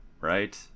Right